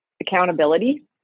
accountability